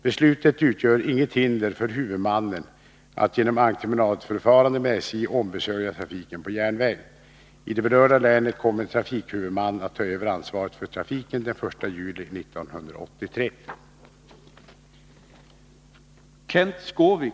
Beslutet utgör inget hinder för huvudmannen att genom entreprenadförfarande med SJ ombesörja trafiken på järnväg.